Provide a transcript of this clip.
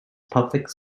public